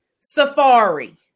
safari